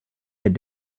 had